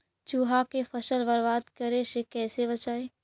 चुहा के फसल बर्बाद करे से कैसे बचाबी?